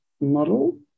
model